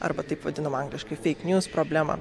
arba taip vadinamą angliškai feik njūz problemą